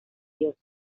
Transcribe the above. dioses